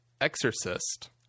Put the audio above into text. exorcist